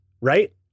right